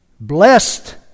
blessed